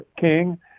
King